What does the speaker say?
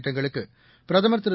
திட்டங்களுக்கு பிரதமர் திரு